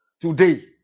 today